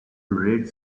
red